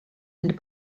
and